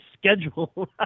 schedule